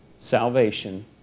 Salvation